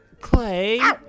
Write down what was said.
Clay